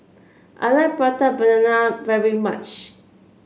I like Prata Banana very much